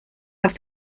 have